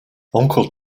uncle